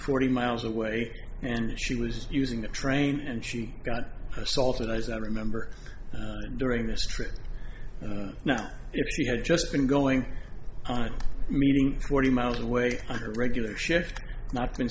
forty miles away and she was using the train and she got assaulted as i remember during this trip now if she had just been going on a meeting forty miles away her regular shift not been